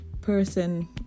person